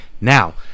now